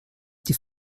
die